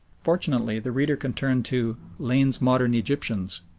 fortunately the reader can turn to lane's modern egyptians,